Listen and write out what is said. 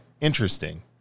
interesting